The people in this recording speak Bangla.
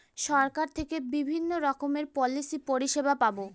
সরকার থেকে বিভিন্ন রকমের পলিসি পরিষেবা পাবো